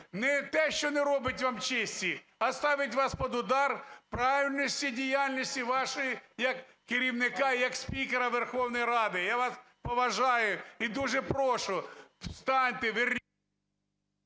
не те, що не робить вам честі, а ставить вас під удар правильності діяльності вашої як керівника і як спікера Верховної Ради. Я вас поважаю і дуже прошу, встаньте…